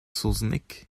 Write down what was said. saozneg